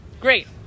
Great